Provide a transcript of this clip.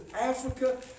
Africa